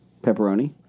Pepperoni